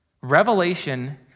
Revelation